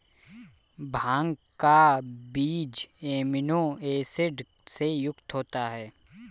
भांग का बीज amino acid से युक्त होता है